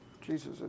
Jesus